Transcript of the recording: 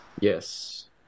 Yes